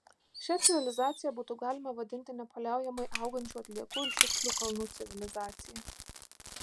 šią civilizaciją būtų galima vadinti nepaliaujamai augančių atliekų ir šiukšlių kalnų civilizacija